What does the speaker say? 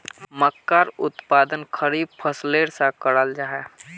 मक्कार उत्पादन खरीफ फसलेर सा कराल जाहा